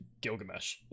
Gilgamesh